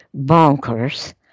bonkers